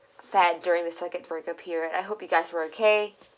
fared during the circuit breaker period I hope you guys were okay